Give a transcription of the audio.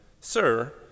Sir